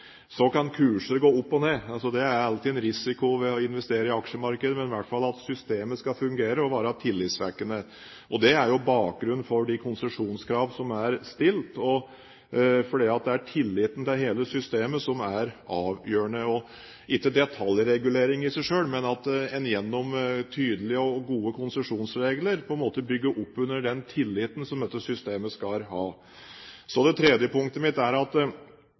Så kan kurser gå opp og ned. Det er alltid en risiko å investere i aksjemarkedet, men systemet skal i hvert fall fungere og være tillitvekkende. Det er jo bakgrunnen for de konsesjonskrav som er stilt, fordi det er tilliten til hele systemet som er avgjørende, ikke detaljreguleringen i seg selv, men at en gjennom tydelige og gode konsesjonsregler bygger opp under den tilliten som en skal ha til dette systemet. Det tredje punktet mitt er at